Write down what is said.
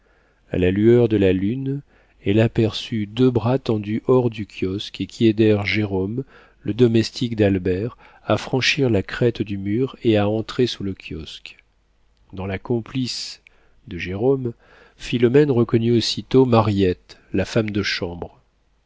a la lueur de la lune elle aperçut deux bras tendus hors du kiosque et qui aidèrent jérôme le domestique d'albert à franchir la crête du mur et à entrer sous le kiosque dans la complice de jérôme philomène reconnut aussitôt mariette la femme de chambre